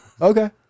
Okay